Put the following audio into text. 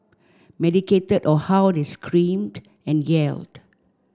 medicated or how they screamed and yelled